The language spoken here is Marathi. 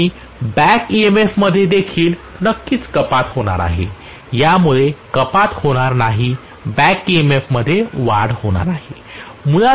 मी बॅक EMF मध्ये देखील नक्कीच कपात होणार आहे यामुळे कपात होणार नाही बॅक EMF मध्ये वाढ होईल